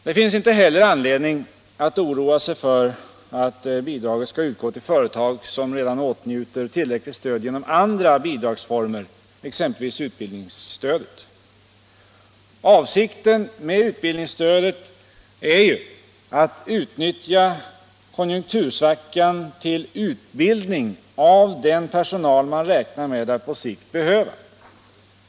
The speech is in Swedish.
Det finns inte heller anledning att oroa sig för att det bidraget skall utgå till företag som redan åtnjuter tillräckligt stöd genom andra bidragsformer, exempelvis utbildningsstöd. Avsikten med utbildningsstödet är ju att utnyttja konjunktursvackan till utbildning av den personal man räknar med att på sikt behöva.